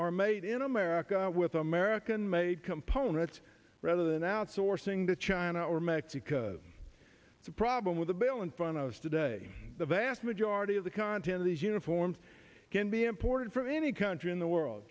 are made in america with american made components rather than outsourcing to china or mexico the problem with the bill in front of us today the vast majority of the content of these uniforms can be imported from any country in the world